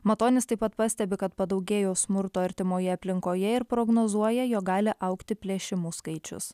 matonis taip pat pastebi kad padaugėjo smurto artimoje aplinkoje ir prognozuoja jog gali augti plėšimų skaičius